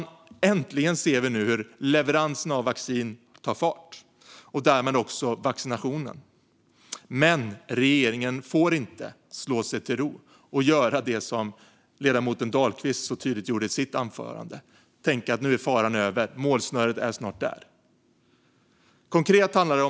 Nu äntligen ser vi hur leveranserna av vaccin tar fart och därmed vaccineringen, men regeringen får inte slå sig till ro och göra som ledamoten Dahlqvist så tydligt gjorde i sitt anförande, nämligen tänka att faran nu är över och att vi snart är vid målsnöret.